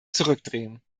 zurückdrehen